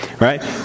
right